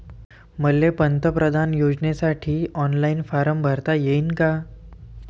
मले पंतप्रधान योजनेसाठी ऑनलाईन फारम भरता येईन का?